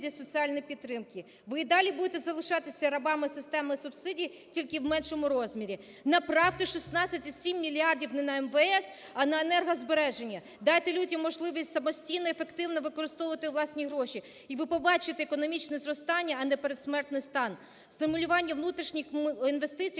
соціальної підтримки, ви і далі будете залишатися рабами системи субсидій, тільки в меншому розмірі. Направте 16,7 мільярдів не на МВС, а на енергозбереження. Дайте людям можливість самостійно, ефективно використовувати власні гроші, і ви побачите економічне зростання, а не передсмертний стан. Стимулювання внутрішніх інвестицій